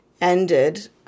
ended